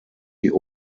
die